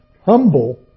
humble